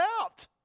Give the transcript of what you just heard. out